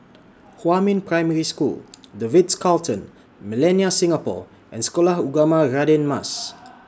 Huamin Primary School The Ritz Carlton Millenia Singapore and Sekolah Ugama Radin Mas